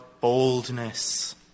boldness